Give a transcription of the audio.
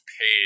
paid